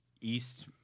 east